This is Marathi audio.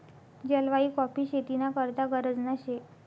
जलवायु काॅफी शेती ना करता गरजना शे